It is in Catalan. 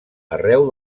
arreu